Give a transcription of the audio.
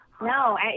No